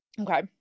Okay